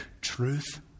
truth